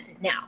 Now